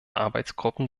arbeitsgruppen